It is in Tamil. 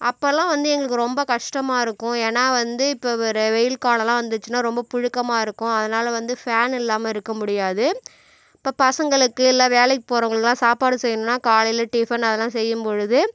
அப்பெல்லாம் வந்து எங்களுக்கு ரொம்ப கஷ்டமாக இருக்கும் ஏன்னால் வந்து இப்போ ஒரு வெயில் காலமெல்லாம் வந்துச்சுனால் ரொம்ப புழுக்கமாக இருக்கும் அதனால வந்து ஃபேன் இல்லாமல் இருக்கமுடியாது இப்போ பசங்களுக்கு இல்லை வேலைக்கு போகிறவங்களுக்குலாம் சாப்பாடு செய்யணுன்னால் காலையில் டிஃபன் அதெல்லாம் செய்யும்பொழுது